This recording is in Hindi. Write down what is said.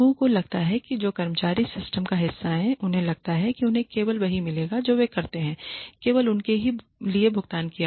लोगों को लगता है कि जो कर्मचारी सिस्टम का हिस्सा हैं उन्हें लगता है कि उन्हें केवल वही मिलेगा जो वे करते हैं केवल उनके लिए भुगतान किया जाएगा